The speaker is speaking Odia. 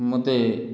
ମୋତେ